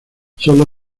sólo